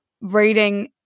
reading